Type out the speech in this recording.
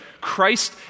Christ